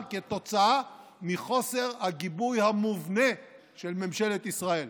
כתוצאה מחוסר הגיבוי המובנה של ממשלת ישראל.